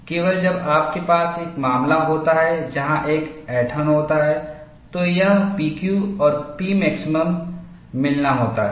केवल जब आपके पास एक मामला होता है जहां एक ऐंठनहोता है तो यह P Q और Pmaximum मिलना होता है